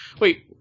wait